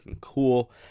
cool